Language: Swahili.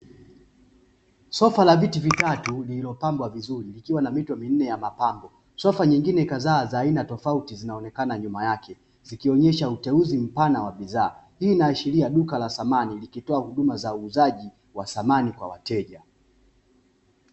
Sofa la viti vitatu lililopambwa vizuri likiwa na mito minne ya mapambo, sofa nyingine kadhaa za aina tofauti zinaonekana nyuma yake ikionyesha uteuzi mpana wa bidhaa hii inashiria duka la samani ikitoa huduma wa uuzaji wa samani kwa wateja.